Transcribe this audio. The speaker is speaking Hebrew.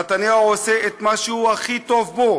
נתניהו עושה את מה שהוא הכי טוב בו: